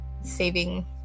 saving